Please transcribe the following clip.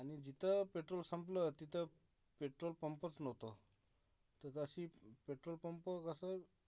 आणि जिथं पेट्रोल संपलं तिथं पेट्रोल पंपच नव्हतं तर अशी पेट्रोल पंप जसं